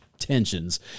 tensions